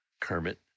Kermit